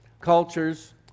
cultures